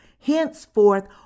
henceforth